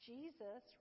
Jesus